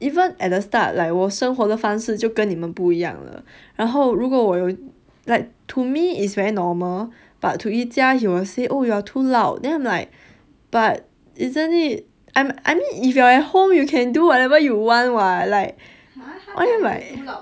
even at the start like 我生活的方式就跟你们不一样了然后如果我 like to me is very normal but to yi jia he will say oh you are too loud then I'm like but isn't it I mean if you are at home you can do whatever you want what like why do you like